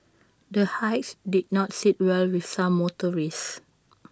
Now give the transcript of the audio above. the hikes did not sit well with some motorists